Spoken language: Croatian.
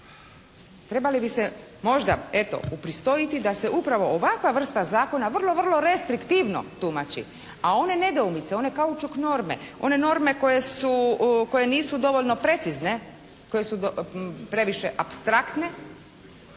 Trebali bi se možda eto, upristojiti da se upravo ovakva vrsta zakona vrlo, vrlo restriktivno tumači. A one nedoumice, onaj kaučuk norme, one norme koje su, koje nisu dovoljno precizne, koje su previše apstraktne,